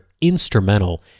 instrumental